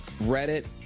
Reddit